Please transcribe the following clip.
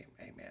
amen